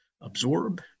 absorb